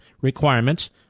requirements